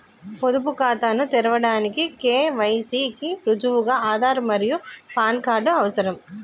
పొదుపు ఖాతాను తెరవడానికి కే.వై.సి కి రుజువుగా ఆధార్ మరియు పాన్ కార్డ్ అవసరం